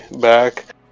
back